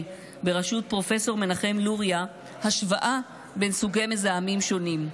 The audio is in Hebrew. בראשות פרופ' מנחם לוריא השוואה בין סוגי מזהמים שונים.